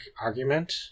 argument